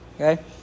Okay